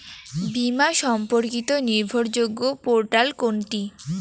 বীমা সম্পর্কিত নির্ভরযোগ্য পোর্টাল কোনটি?